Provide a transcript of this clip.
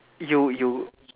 you you